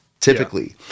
Typically